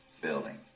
building